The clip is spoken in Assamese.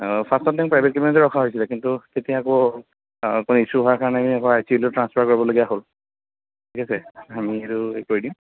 ফাৰ্ষ্টতে প্ৰাইভেত কেবিনতে ৰখা হৈছিলে কিন্তু তেতিয়া আকৌ অ' ইচ্যু হোৱা কাৰণে আকৌ আই চি ইউলৈ ট্ৰাঞ্চফাৰ কৰিবলগীয়া হ'ল ঠিক আছে আমি সেইটো কৰি দিম